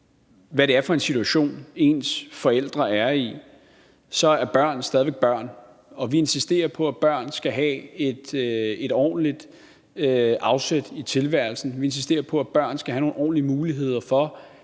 hvad det er for en situation, ens forældre er i, så er børn stadig væk børn, og vi insisterer på, at børn skal have et ordentligt afsæt i tilværelsen. Vi insisterer på, at børn skal have nogle ordentlige muligheder for